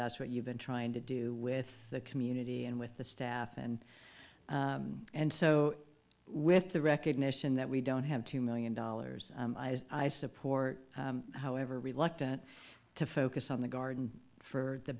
that's what you've been trying to do with the community and with the staff and and so with the recognition that we don't have two million dollars i support however reluctant to focus on the garden for the